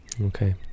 Okay